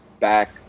back